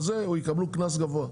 על זה הם יקבלו קנס גבוה.